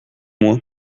moi